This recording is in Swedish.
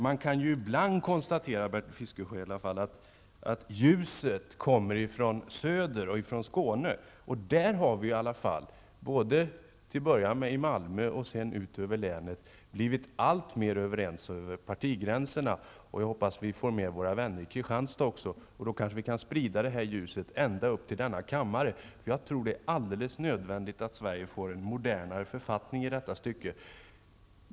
Man kan ibland konstatera, Bertil Fiskesjö, att ljuset kommer från söder, från Skåne, och där har vi i alla fall både i Malmö och ute i länet blivit alltmer överens över partigränserna. Jag hoppas att vi också får med våra vänner i Kristianstad, så att vi kan sprida ljuset ända upp till denna kammare. Jag tror att det är helt nödvändigt att Sverige får en modernare författning i detta stycke.